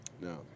No